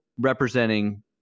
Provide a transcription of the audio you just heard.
representing